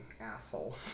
asshole